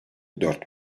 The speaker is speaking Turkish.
dört